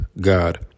God